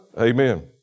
amen